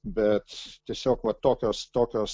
bet tiesiog va tokios tokios